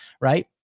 Right